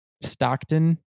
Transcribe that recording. Stockton